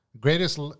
greatest